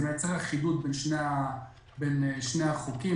זה מייצר אחידות בין שני החוקים,